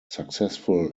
successful